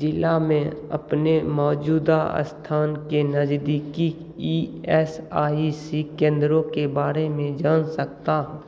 जिला में अपने मौजूदा स्थान के नज़दीकी ई एस आई सी केंद्रों के बारे में जान सकता हूँ